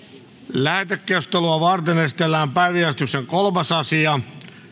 lähetekeskustelua varten esitellään päiväjärjestyksen kolmas asia